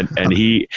and he,